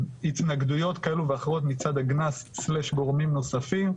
ההתנגדויות כאלו ואחרות מצד הגנ"ס/גורמים נוספים,